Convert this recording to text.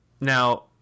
Now